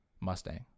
mustang